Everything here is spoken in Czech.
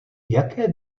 jaké